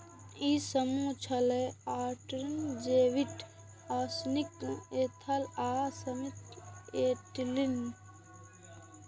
ई समूह छियै, auxin, gibberellin, cytokinin, ethylene आ एब्सिसिक एसिड